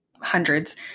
hundreds